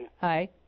Hi